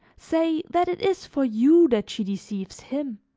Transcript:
say that it is for you that she deceives him,